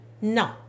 No